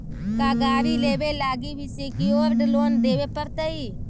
का गाड़ी लेबे लागी भी सेक्योर्ड लोन लेबे पड़तई?